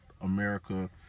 America